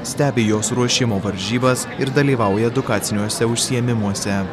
stebi jos ruošimo varžybas ir dalyvauja edukaciniuose užsiėmimuose